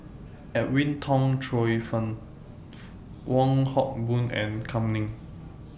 Edwin Tong Chun Fai Wong Hock Boon and Kam Ning